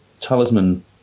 talisman